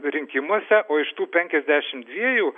rinkimuose o iš tų penkiasdešimt dviejų